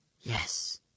Yes